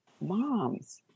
Moms